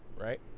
right